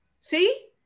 See